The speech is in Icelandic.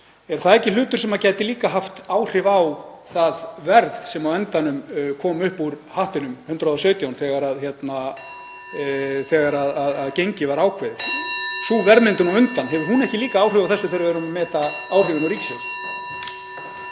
er það ekki hlutur sem gæti líka haft áhrif á það verð sem á endanum kom upp úr hattinum, 117, þegar gengið var ákveðið? Sú verðmyndun á undan, hefur hún ekki líka áhrif á þetta þegar við erum að meta áhrifin á ríkissjóð?